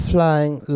Flying